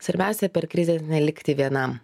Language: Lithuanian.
svarbiausia per krizę nelikti vienam